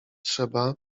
trzeba